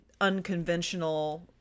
unconventional